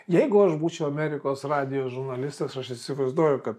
jeigu aš būčiau amerikos radijo žurnalistas aš įsivaizduoju kad